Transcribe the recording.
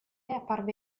apparve